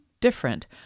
different